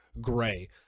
gray